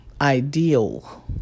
ideal